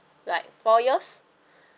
like four years